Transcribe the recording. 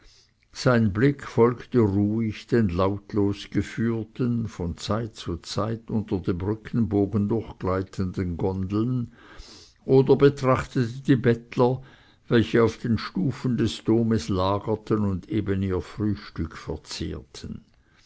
sein blick folgte ruhig den lautlos geführten von zeit zu zeit unter dem brückenbogen durchgleitenden gondeln oder betrachtete die bettler welche auf den stufen des domes lagerten und eben ihr frühstück verzehrten